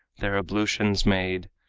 their ablutions made,